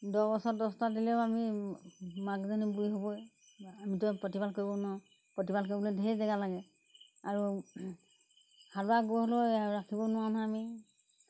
দহ বছৰত দহটা দিলেও আমি মাকজনী বুঢ়ী হ'বই আমিতো আৰু প্ৰতিপাল কৰিব নোৱাৰোঁ প্ৰতিপাল কৰিবলৈ ঢেৰ জেগা লাগে আৰু হালোৱা গৰু হ'লেও ৰাখিব নোৱাৰোঁ নহয় আমি